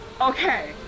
Okay